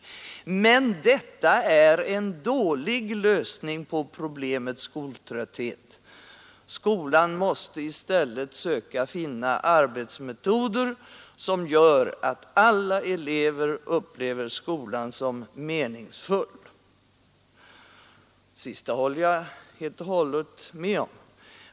Men detta är en dålig lösning på problemet skoltrötthet. Skolan måste i stället söka finna arbetsmetoder som gör att alla elever upplever skolan som meningsfull.” Det sista håller jag med om.